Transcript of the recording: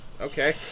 okay